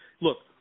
Look